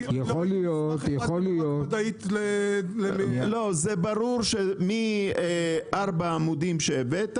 יכול להיות יכול להיות -- זה ברור שמארבע עמודים שהבאת